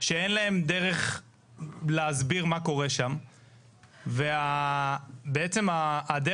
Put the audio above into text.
שאין להם דרך להסביר מה קורה שם ובעצם הדרך